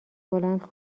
بلند